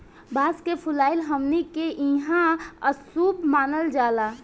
बांस के फुलाइल हमनी के इहां अशुभ मानल जाला